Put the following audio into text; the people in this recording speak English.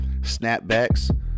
snapbacks